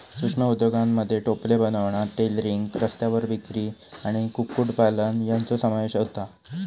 सूक्ष्म उद्योगांमध्ये टोपले बनवणा, टेलरिंग, रस्त्यावर विक्री आणि कुक्कुटपालन यांचो समावेश होता